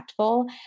impactful